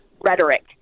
rhetoric